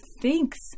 thinks